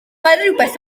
rhywbeth